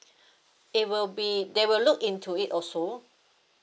it will be they will look into it also